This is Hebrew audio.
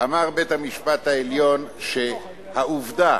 אמר בית-המשפט העליון שהעובדה